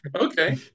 Okay